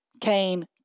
Cain